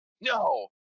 no